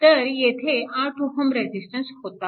तर येथे 8 Ω रेजिस्टन्स होता